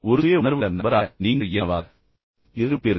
ஒரு சுய உணர்வுள்ள நபராக நீங்கள் இறுதியாக என்னவாக இருப்பீர்கள்